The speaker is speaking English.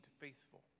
faithful